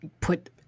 put –